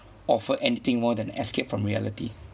offer anything more than escape from reality